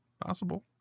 Possible